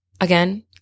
Again